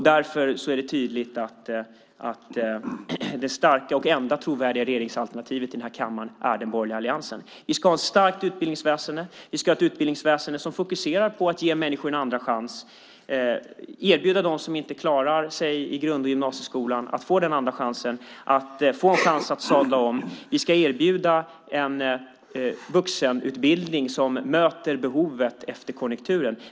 Därför är det tydligt att det starka och enda trovärdiga regeringsalternativet i den här kammaren är den borgerliga alliansen. Vi ska ha ett starkt utbildningsväsen. Vi ska ha ett utbildningsväsen som fokuserar på att ge människor en andra chans, som erbjuder dem som inte klarar sig i grund och gymnasieskolan att få den andra chansen, att få en chans att sadla om. Vi ska erbjuda en vuxenutbildning som möter behovet efter konjunkturen.